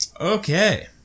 Okay